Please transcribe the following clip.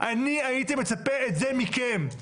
אני הייתי מצפה את זה מכם.